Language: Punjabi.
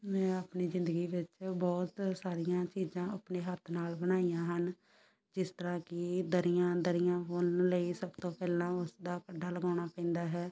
ਮੈਂ ਆਪਣੀ ਜ਼ਿੰਦਗੀ ਵਿੱਚ ਬਹੁਤ ਸਾਰੀਆਂ ਚੀਜ਼ਾਂ ਆਪਣੇ ਹੱਥ ਨਾਲ ਬਣਾਈਆਂ ਹਨ ਜਿਸ ਤਰਾਂ ਕਿ ਦਰੀਆਂ ਦਰੀਆਂ ਬੁਣਨ ਲਈ ਸਭ ਤੋਂ ਪਹਿਲਾਂ ਉਸਦਾ ਅੱਡਾ ਲਗਾਉਣਾ ਪੈਂਦਾ ਹੈ